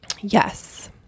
yes